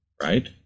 right